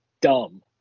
dumb